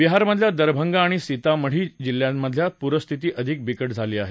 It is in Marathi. बिहारमधल्या दरभंगा आणि सीतामढी जिल्ह्यांमधली पूरस्थिती अधिक बिकट झाली आहे